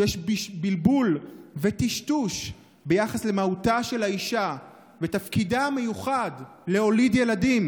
שיש בלבול וטשטוש ביחס למהותה של האישה ותפקידה המיוחד להוליד ילדים,